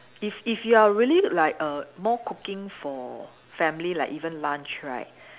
if if you are really like err more cooking for family like even lunch right